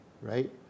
right